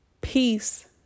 peace